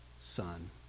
son